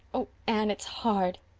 oh, anne, it's hard.